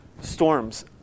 storms